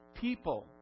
People